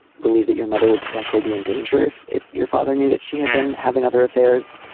believe that your mother would potentially be in danger if if your father knew that she had been having other affairs.